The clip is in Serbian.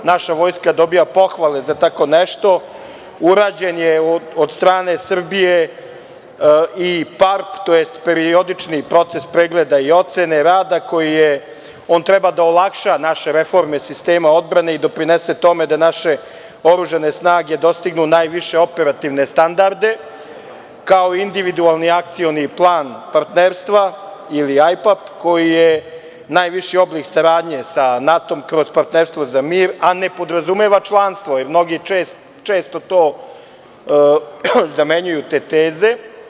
Od strane Srbije je urađen i PARP, tj. periodični proces pregleda i ocene rada, koji treba da olakša naše reforme sistema odbrane i doprinese tome da naše oružane snage dostignu najviše operativne standarde, kao i individualni akcioni plan partnerstva, ili IPAP, koji je najviši oblik saradnje sa NATO kroz Partnerstvo za mir, a ne podrazumeva članstvo, jer mnogi često to zamenjuju, odnosno te teze.